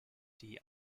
die